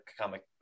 comic